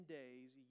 days